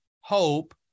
hope